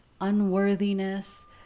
unworthiness